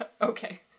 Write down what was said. Okay